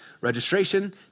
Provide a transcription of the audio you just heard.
Registration